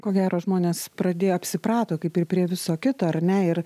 ko gero žmonės pradėjo apsiprato kaip ir prie viso kito ar ne ir